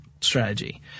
strategy